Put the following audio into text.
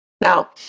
Now